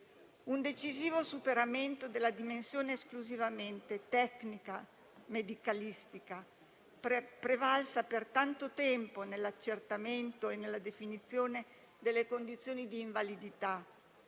un decisivo superamento della dimensione esclusivamente tecnico medicalistica, prevalsa per tanto tempo nell'accertamento e nella definizione delle condizioni di invalidità,